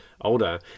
older